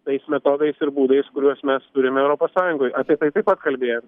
tais metodais ir būdais kuriuos mes turime europos sąjungoj apie tai taip pat kalbėjom